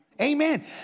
Amen